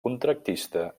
contractista